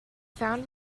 found